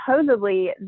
supposedly